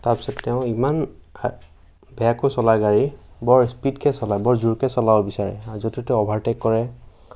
তাৰপিছত তেওঁ ইমান বেয়াকৈ চলায় গাড়ী বৰ স্পিডকৈ চলায় বৰ জোৰকৈ চলাব বিচাৰে আৰু য'তে ত'তে অভাৰটেক কৰে